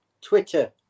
Twitter